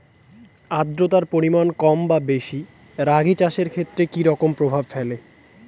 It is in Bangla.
আদ্রতার পরিমাণ কম বা বেশি রাগী চাষের ক্ষেত্রে কি রকম প্রভাব ফেলে?